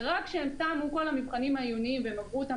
ורק כשתמו כל המבחנים העיוניים והם עברו אותם